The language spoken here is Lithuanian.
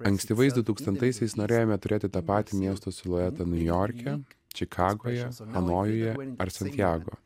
ankstyvais dutūkstantaisiais norėjome turėti tą patį miesto siluetą niujorke čikagoje hanojuje ar santjago